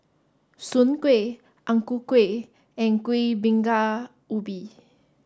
Soon Kueh Ang Ku Kueh and Kuih Bingka Ubi